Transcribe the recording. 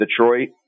Detroit